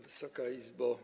Wysoka Izbo!